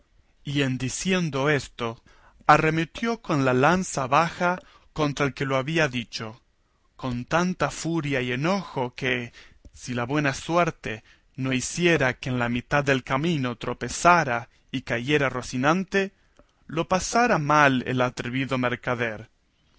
y en diciendo esto arremetió con la lanza baja contra el que lo había dicho con tanta furia y enojo que si la buena suerte no hiciera que en la mitad del camino tropezara y cayera rocinante lo pasara mal el atrevido mercader